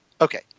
Okay